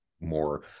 more